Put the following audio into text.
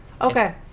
Okay